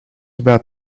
about